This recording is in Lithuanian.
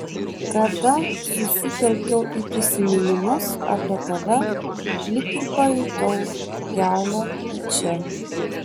kada susitelkiau į prisiminimus apie tave lyg ir pajutau kelią į čia